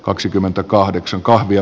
kaksikymmentäkahdeksan kahvia